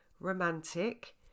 romantic